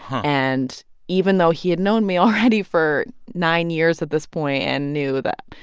and even though he had known me already for nine years at this point and knew that.